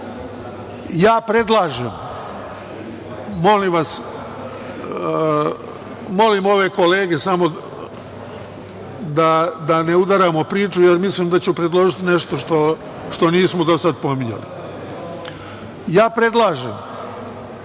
ja predlažem…Molim kolege samo da ne udaramo priču, jer mislim da ću predložiti nešto što nismo dosad pominjali. Predlažem